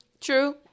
True